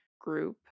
group